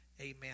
Amen